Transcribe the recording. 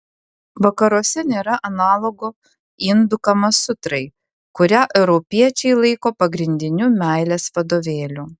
vakaruose nėra analogo indų kamasutrai kurią europiečiai laiko pagrindiniu meilės vadovėliu